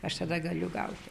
aš tada galiu gauti